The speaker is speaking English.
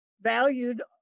valued